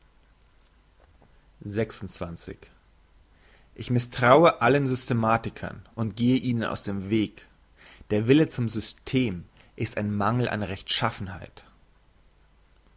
ich misstraue allen systematikern und gehe ihnen aus dem weg der wille zum system ist ein mangel an rechtschaffenheit